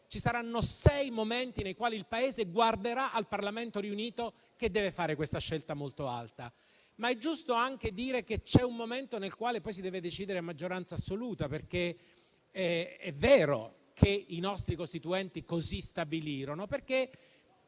ci saranno sei momenti nei quali il Paese guarderà al Parlamento riunito che deve fare una scelta molto alta. È giusto anche dire che c'è un momento nel quale poi si deve decidere a maggioranza assoluta: è vero che i nostri Costituenti così stabilirono.